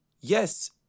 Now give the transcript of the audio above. yes